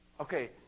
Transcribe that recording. Okay